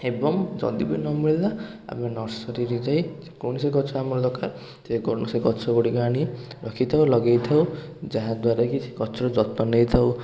ଏବଂ ଯଦି ବି ନ ମିଳିଲା ଆମେ ନର୍ସରୀରେ ଯାଇ କୌଣସି ଗଛ ଆମର ଦରକାର ଯେକୌଣସି ଗଛ ଗୁଡ଼ିକ ଆଣି ରଖିଥାଉ ଲଗେଇଥାଉ ଯାହା ଦ୍ୱାରାକି ସେ ଗଛର ଯତ୍ନ ନେଇଥାଉ